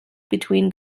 between